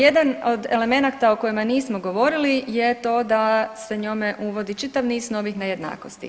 Nadalje, jedan od elemenata o kojem nismo govorili je to da se njome uvodi čitav niz novih nejednakosti.